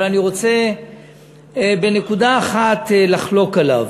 אבל אני רוצה בנקודה אחת לחלוק עליו.